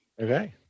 Okay